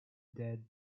dead